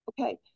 Okay